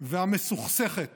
והמסוכסכת